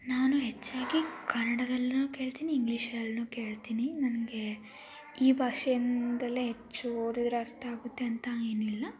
ನಾನು ಹೆಚ್ಚಾಗಿ ಕನ್ನಡದಲ್ಲೂ ಕೇಳ್ತೀನಿ ಇಂಗ್ಲೀಷಲ್ಲೂ ಕೇಳ್ತೀನಿ ನನಗೆ ಈ ಭಾಷೆಯಿಂದಲೇ ಹೆಚ್ಚು ಓದಿದರೆ ಅರ್ಥ ಆಗುತ್ತೆ ಅಂತ ಏನಿಲ್ಲ